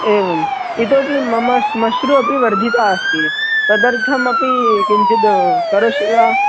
एवम् इतोपि मम श्मश्रु अपि वर्धिता अस्ति तदर्थमपि किञ्चिद् करोषि वा